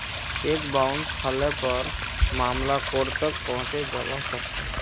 cheque bounce हले पर मामला कोर्ट तक पहुंचे जबा सकछे